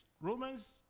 Romans